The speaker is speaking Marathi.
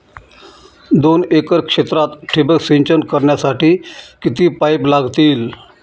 दोन एकर क्षेत्रात ठिबक सिंचन करण्यासाठी किती पाईप लागतील?